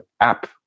app